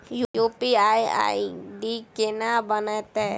UPI ID केना बनतै?